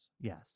yes